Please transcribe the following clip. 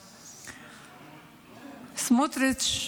סמוטריץ'